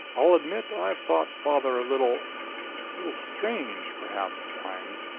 i'll admit i've thought father a little a little strange, perhaps, at times.